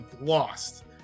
lost